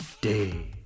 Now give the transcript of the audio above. day